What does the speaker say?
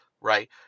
Right